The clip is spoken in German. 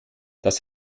das